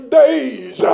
days